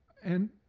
and